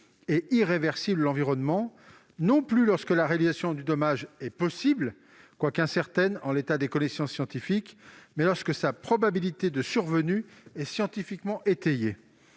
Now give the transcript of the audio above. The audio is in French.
et irréversible l'environnement, non plus lorsque la réalisation d'un dommage est possible, quoique « incertaine en l'état des connaissances scientifiques », mais lorsque sa « probabilité de survenue » est « scientifiquement étayée